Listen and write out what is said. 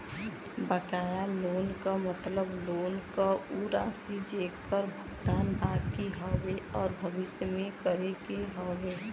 बकाया लोन क मतलब लोन क उ राशि जेकर भुगतान बाकि हउवे आउर भविष्य में करे क हउवे